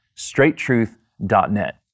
straighttruth.net